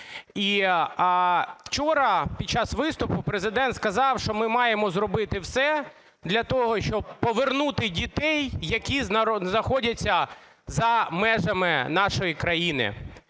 І вчора під час виступу Президент сказав, що ми маємо зробити все для того, щоб повернути дітей, які знаходяться за межами нашої країни,